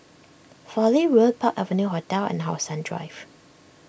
Fowlie Road Park Avenue Hotel and How Sun Drive